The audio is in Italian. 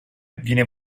viene